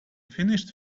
finished